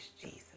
jesus